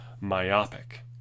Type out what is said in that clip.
myopic